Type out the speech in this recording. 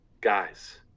guys